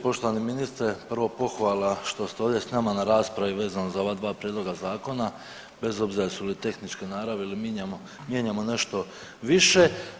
Poštovani ministre, prvo pohvala što ste ovdje s nama na raspravi vezano za ova dva prijedloga zakona bez obzira jesu li tehničke naravi ili mijenjamo nešto više.